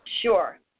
Sure